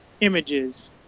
images